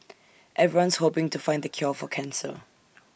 everyone's hoping to find the cure for cancer